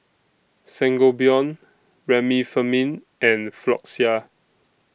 Sangobion Remifemin and Floxia